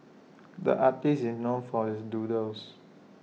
the artist is known for his doodles